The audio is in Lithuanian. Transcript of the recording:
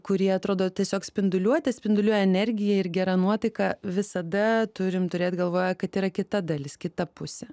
kurie atrodo tiesiog spinduliuotė spinduliuoja energija ir gera nuotaika visada turim turėt galvoje kad yra kita dalis kita pusė